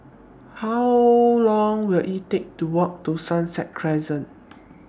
How Long Will IT Take to Walk to Sunset Crescent